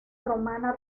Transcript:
romana